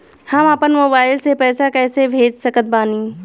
हम अपना मोबाइल से पैसा कैसे भेज सकत बानी?